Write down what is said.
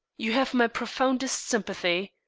you have my profoundest sympathy.